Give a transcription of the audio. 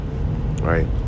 right